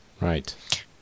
Right